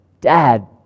Dad